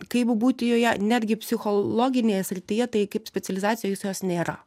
kaip būti joje netgi psichologinėje srityje tai kaip specializacijos jos nėra